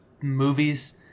movies